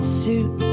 suit